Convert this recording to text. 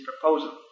proposal